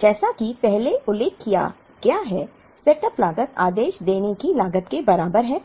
जैसा कि पहले उल्लेख किया गया है सेटअप लागत आदेश देने की लागत के बराबर है